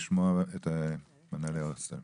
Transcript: יש לך הזדמנות לשמוע את מנהל ההוסטל.